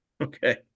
Okay